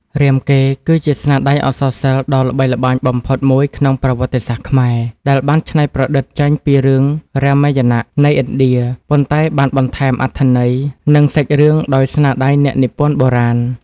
រាមកេរ្តិ៍ គឺជាស្នាដៃអក្សរសិល្ប៍ដ៏ល្បីល្បាញបំផុតមួយក្នុងប្រវត្តិសាស្ត្រខ្មែរ ដែលបានច្នៃប្រឌិតចេញពីរឿងរាមាយណៈនៃឥណ្ឌា ប៉ុន្តែបានបន្ថែមអត្ថន័យ និងសាច់រឿងដោយស្នាដៃអ្នកនិពន្ធបុរាណ។